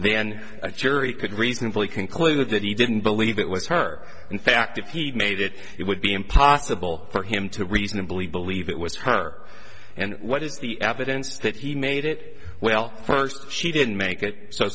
then a jury could reasonably conclude that he didn't believe it was her in fact if he made it it would be impossible for him to reasonably believe it was her and what is the evidence that he made it well first she didn't make it so